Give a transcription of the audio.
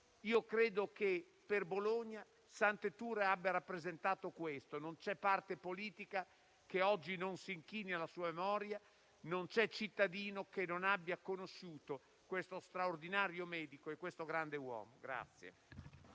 io credo che per Bologna Sante Tura abbia rappresentato questo. Non c'è parte politica che oggi non si inchini alla sua memoria, non c'è cittadino che non abbia conosciuto questo straordinario medico e questo grande uomo.